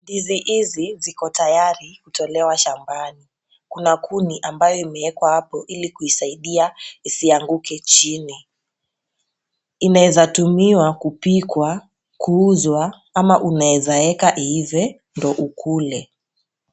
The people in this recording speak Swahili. Ndizi hizi ziko tayari kutolewa shambani .Kuna kuni ambayo imeekwa hapo ili kuisaidia isianguke chini. Inaweza tumiwa kupikwa, kuuzwa ama unaweza weka iive ndio ukule.